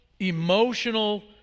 emotional